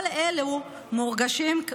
כל אלו מורגשים,